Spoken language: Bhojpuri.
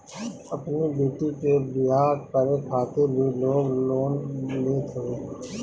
अपनी बेटी के बियाह करे खातिर भी लोग लोन लेत हवे